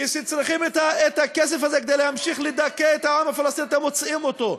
כשצריכים את הכסף הזה כדי להמשיך לדכא את העם הפלסטיני אתם מוצאים אותו,